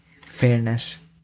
fairness